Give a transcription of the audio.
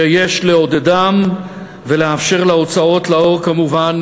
שיש לעודדם ולאפשר להוצאות לאור כמובן